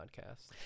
podcast